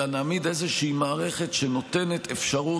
אלא נעמיד איזושהי מערכת שנותנת אפשרות